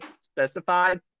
Specified